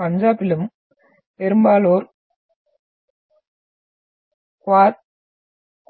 பஞ்சாபிலும் பெரும்பாலோர்